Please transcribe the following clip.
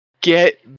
get